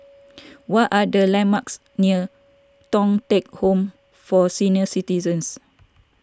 what are the landmarks near Thong Teck Home for Senior Citizens